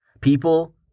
People